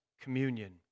communion